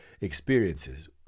experiences